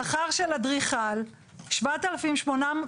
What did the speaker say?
שכר של אדריכל הוא שבעת אלפים שמונה מאות